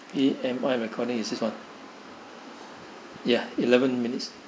A M R I'm recording is this one ya eleven minutes